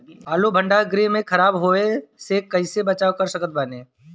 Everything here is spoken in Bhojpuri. आलू भंडार गृह में खराब होवे से कइसे बचाव कर सकत बानी?